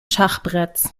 schachbretts